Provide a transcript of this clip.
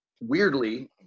weirdly